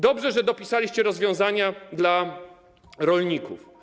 Dobrze, że dopisaliście rozwiązania dla rolników.